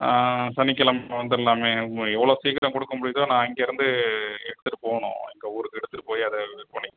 சனிக்கிழம வந்துடலாமே உங்கள் எவ்வளோ சீக்கரம் கொடுக்க முடியுதோ நான் இங்கேயிருந்து எடுத்துகிட்டு போகணும் எங்கள் ஊருக்கு எடுத்துகிட்டு போய் அதை இது பண்ணிக்